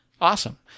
awesome